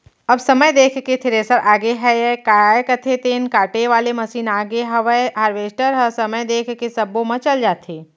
अब समय देख के थेरेसर आगे हयय, काय कथें तेन काटे वाले मसीन आगे हवय हारवेस्टर ह समय देख के सब्बो म चल जाथे